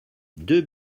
deux